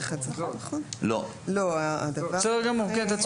בסדר גמור, אתה צודק.